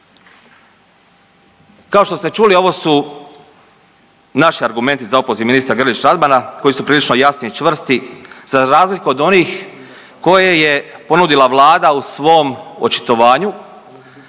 Kao što ste čuli ovo su naši argumenti za opoziv ministra Grlić Radmana koji su prilično jasni i čvrsti za razliku od onih koje je ponudila vlada u svom očitovanju